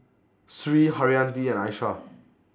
Sri Haryati and Aishah